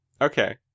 Okay